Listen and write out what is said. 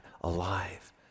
alive